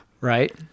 Right